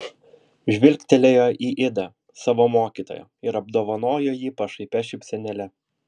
žvilgtelėjo į idą savo mokytoją ir apdovanojo jį pašaipia šypsenėle